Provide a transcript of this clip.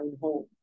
home